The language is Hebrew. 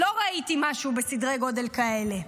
לא ראיתי משהו בסדרי גודל כאלה.